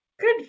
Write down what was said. Good